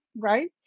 right